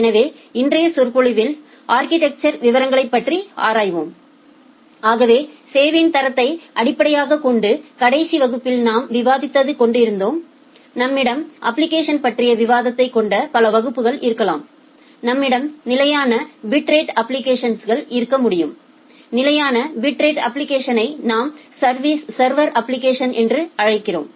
எனவேஇன்றைய விரிவுரையில் அா்கிடெக்சா் விவரங்களை பற்றி ஆராய்வோம் ஆகவே சேவையின் தரத்தை அடிப்படையாகக் கொண்டு கடைசி வகுப்பில் நாம் விவாதித்து கொண்டு இருந்தோம் நம்மிடம் அப்ளிகேஷன்ஸ்களை பற்றிய விவாதத்தை கொண்ட பல வகுப்புகள் இருக்கலாம் நம்மிடம் நிலையான பிட்ரேட் அப்ளிகேஷன்ஸ் இருக்க முடியும் நிலையான பிட்ரேட் அப்ளிகேஷன்ஸ்யை நாம் சா்வா்அப்ளிகேஸன் என்றும் அழைக்கிறோம்